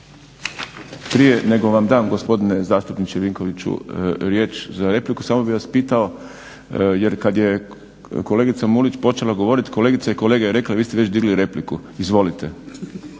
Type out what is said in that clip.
Prije nego vam dam gospodine zastupniče Vinkoviću riječ za repliku, samo bih vas pitao jer kad je kolegica Mulić počela govorit, kolegice i kolege je rekla, vi ste već digli repliku. Izvolite.